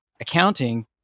accounting